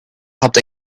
helped